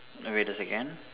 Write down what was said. err wait a second